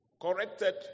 corrected